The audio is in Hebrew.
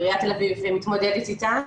עיריית תל אביב מתמודדת איתה,